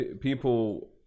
people